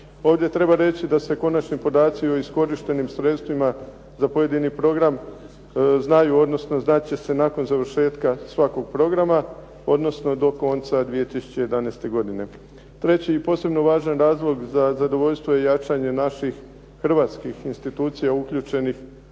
Ovdje treba reći da se konačni podaci o iskorištenim sredstvima za pojedini program znaju odnosno znat će se nakon završetka svakog programa odnosno do konca 2011. godine. Treći i posebno važan razlog za zadovoljstvo je jačanje naših hrvatskih institucija uključenih